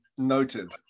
noted